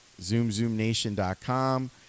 ZoomZoomNation.com